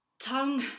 Tongue